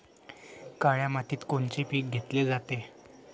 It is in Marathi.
काळ्या मातीत कोनचे पिकं घेतले जाते?